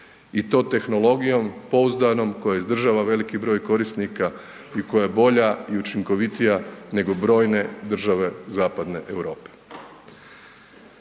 i to tehnologijom pouzdanom koja izdržava veliki broj korisnika i koja je bolja i učinkovitija nego brojne države zapadne Europe.